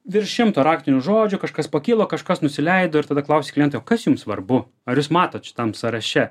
virš šimto raktinių žodžių kažkas pakilo kažkas nusileido ir tada klausi kliento kas jums svarbu ar jūs matot šitam sąraše